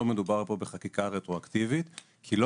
לא מדובר פה בחקיקה רטרואקטיבית כי לא